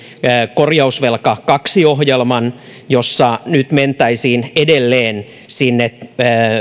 korjausvelka kahden ohjelman jossa nyt mentäisiin edelleen sinne